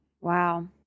wow